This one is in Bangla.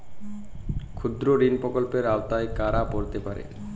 ক্ষুদ্রঋণ প্রকল্পের আওতায় কারা পড়তে পারে?